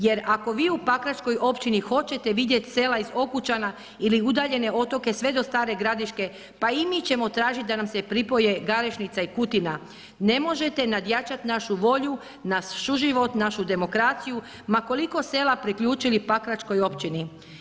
Jer ako vi u pakračkoj općini hoćete vidjeti sela iz Okučana ili udaljene otoke sve do Stare Gradiške, pa i mi ćemo tražiti da nam se pripoje Garešnica i Kutina, ne možete nadjačati našu volju, na suživot našu demokraciju ma koliko sela priključili pakračkoj općini.